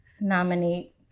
nominate